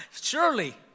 Surely